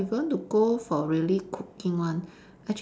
but if you want to go for really cooking one